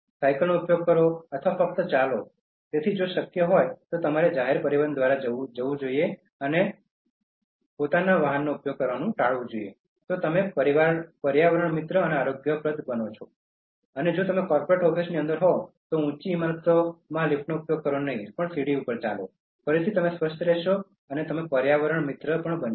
સાયકલનો ઉપયોગ કરો અથવા ફક્ત ચાલો તેથી જો શક્ય છે કે જો તમે જાહેર પરિવહન દ્વારા જવાનું અને તે રીતે સાયકલનો ઉપયોગ કરો તો તમે પર્યાવરણમિત્ર અને આરોગ્યપ્રદ બનો છો અને જો તમે કોર્પોરેટ ઓફિસ ની અંદર હોવ તો ઉચી ઇમારતો લિફ્ટનો ઉપયોગ નહીં કરે સીડી ઉપર ચાલો ફરી તમે સ્વસ્થ રહેશો અને તમે પર્યાવરણને અનુરૂપ પણ બનશો